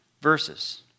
verses